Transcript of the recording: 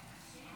שמונה בעד,